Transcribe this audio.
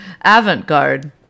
Avant-garde